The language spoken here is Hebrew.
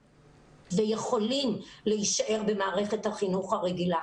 ויכולים להישאר במערכת החינוך הרגילה.